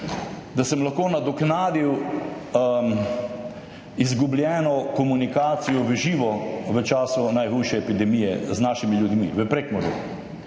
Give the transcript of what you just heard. da sem lahko nadoknadil izgubljeno komunikacijo v živo, v času najhujše epidemije, z našimi ljudmi, v Prekmurju.